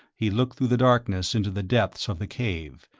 he looked through the darkness into the depths of the cave,